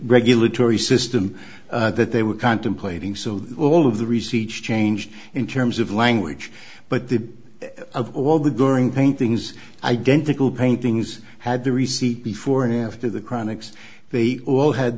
regulatory system that they were contemplating so all of the receipts changed in terms of language but the of all the going paintings identical paintings had the receipt before and after the chronics they all had